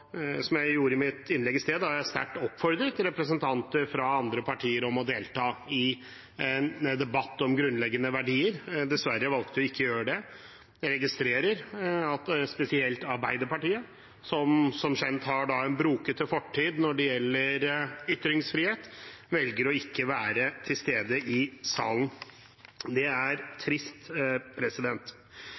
som jeg sa i mitt innlegg i sted, da jeg sterkt oppfordret representanter fra andre partier til å delta i en debatt om grunnleggende verdier. Dessverre valgte de ikke å gjøre det. Jeg registrerer at spesielt Arbeiderpartiet som, som kjent, har en brokete fortid når det gjelder ytringsfrihet, velger å ikke være til stede i salen. Det er trist.